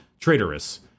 traitorous